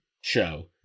show